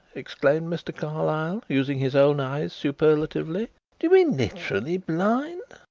exclaimed mr. carlyle, using his own eyes superlatively do you mean literally blind?